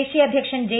ദേശീയ് അധ്യക്ഷൻ ജെ